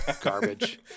garbage